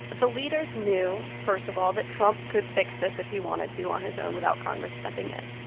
the leaders knew, first of all, that trump could fix this if he wanted to on his own, without congress stepping in.